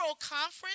Conference